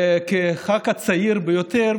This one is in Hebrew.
כחבר הכנסת הצעיר ביותר,